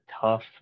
tough